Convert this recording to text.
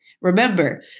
Remember